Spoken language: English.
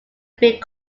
big